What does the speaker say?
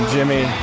Jimmy